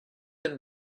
and